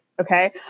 Okay